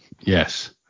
Yes